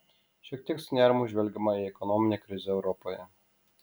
šiek tiek su nerimu žvelgiama į ekonominę krizę europoje